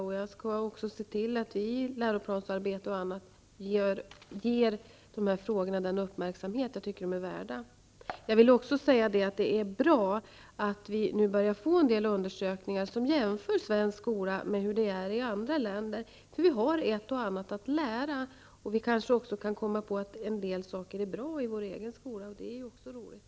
Och jag skall också se till att dessa frågor i läroplansarbete m.m. ges den uppmärksamhet som jag tycker att de är värda. Jag vill också säga att det är bra att vi nu börjar få en del undersökningar där svensk skola jämförs med andra länders skolor, eftersom vi har ett och annat att lära. Och vi kanske också kan komma på att en del saker är bra i vår egen skola, och det är också roligt.